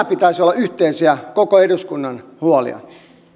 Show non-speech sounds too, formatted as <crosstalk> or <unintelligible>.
<unintelligible> pitäisi olla yhteisiä koko eduskunnan huolia